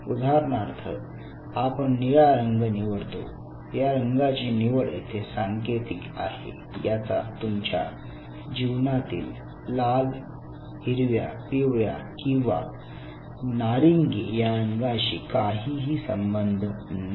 उदाहरणार्थ आपण निळा रंग निवडतो या रंगाची निवड येथे सांकेतिक आहे याचा तुमच्या जीवनातील लाल हिरव्या पिवळ्या किंवा नारिंगी या रंगाशी काही संबंध नाही